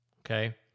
Okay